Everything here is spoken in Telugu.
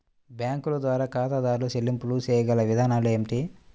బ్యాంకుల ద్వారా ఖాతాదారు చెల్లింపులు చేయగల విధానాలు ఏమిటి?